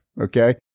Okay